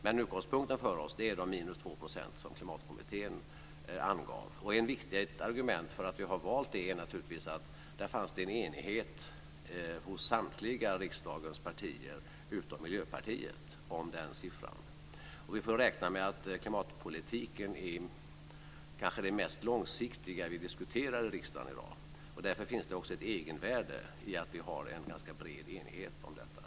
Utgångspunkten för oss är alltså de minus 2 % som Klimatkommittén angav. Ett viktigt argument för att vi valt det är att det fanns en enighet hos samtliga riksdagens partier utom Miljöpartiet om den siffran. Vi får räkna med att klimatpolitiken kanske är det mest långsiktiga vi diskuterar i riksdagen i dag. Därför finns det också ett egenvärde i att vi har en ganska bred enighet om detta.